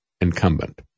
incumbent